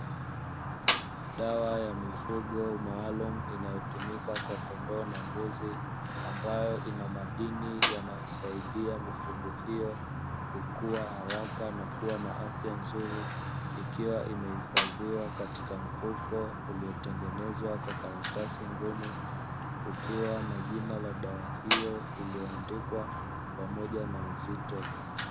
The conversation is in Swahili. Dawa ya mifugo maalum inayotumika kwa kondoo na mbuzi ambayo ina madini yanayosaidia mifugo hiyo kukua haraka na kuwa na afya nzuri, ikiwa imehifadhiwa katika mfuko uliotengenezwa kwa karatasi ngumu, kukiwa na jina la dawa hiyo iliyoandikwa pamoja na uzito.